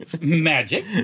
Magic